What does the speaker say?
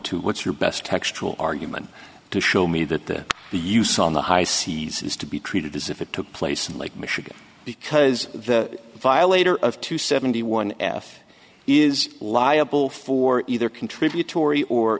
to what's your best argument to show me that the use on the high seas is to be treated as if it took place in lake michigan because the violator of two seventy one f is liable for either contributory or